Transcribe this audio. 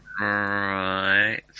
Right